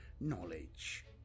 knowledge